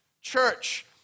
church